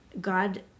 God